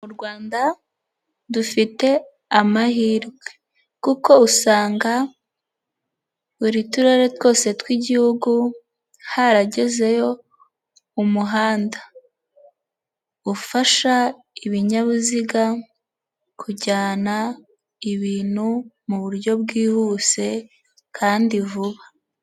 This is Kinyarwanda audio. Mu rwanda dufite amahirwe, kuko usanga buri turere twose tw'igihugu haragezeyo umuhanda ufasha ibinyabiziga kujyana ibintu mu buryo bwihuse kandi vuba.